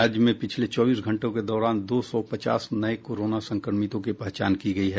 राज्य में पिछले चौबीस घंटों के दौरान दो सौ पचास नये कोरोना संक्रमितों की पहचान की गयी है